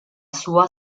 sua